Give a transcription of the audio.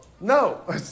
No